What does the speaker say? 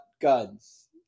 guns